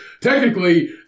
technically